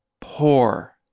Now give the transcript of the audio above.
poor